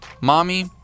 mommy